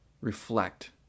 reflect